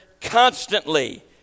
constantly